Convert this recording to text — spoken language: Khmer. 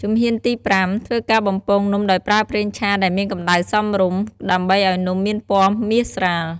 ជំហានទី ៥ ធ្វើការបំពងនំដោយប្រើប្រេងឆាដែលមានកំដៅសមរម្យ ដើម្បីឲ្យនំមានពណ៌មាសស្រាល។